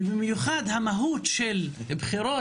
ובמיוחד המהות של בחירות,